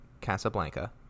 Casablanca